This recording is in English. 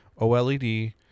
oled